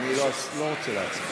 אני לא רוצה להצביע.